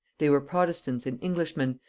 they were protestants and englishmen,